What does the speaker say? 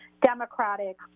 democratic